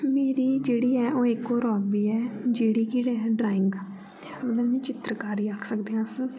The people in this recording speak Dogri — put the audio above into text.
मेरी जेह्ड़ी ऐ ओह् इक होर हाबी ऐ जेह्ड़ी कि ऐ ड़्राईंग मतलब चित्रकारी आक्खी सकदे आं अस